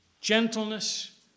gentleness